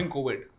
Covid